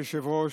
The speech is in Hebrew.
אדוני היושב-ראש,